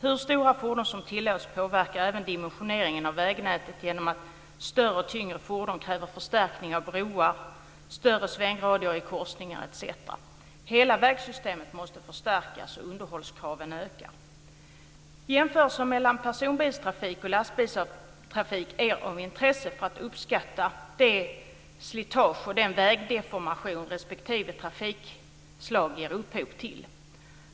Hur stora fordon som tillåts påverkar även dimensioneringen av vägnätet genom att större och tyngre fordon kräver förstärkningar av broar, större svängradier i korsningar etc. Hela vägsystemet måste förstärkas och underhållskraven ökar. Jämförelser mellan personbilstrafik och lastbilstrafik är av intresse för att uppskatta det slitage och den vägdeformation respektive trafikslag ger upphov till.